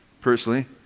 personally